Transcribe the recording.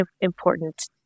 important